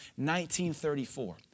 1934